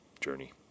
journey